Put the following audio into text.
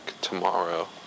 tomorrow